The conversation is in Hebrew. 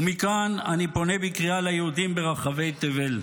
ומכאן אני פונה בקריאה ליהודים ברחבי תבל: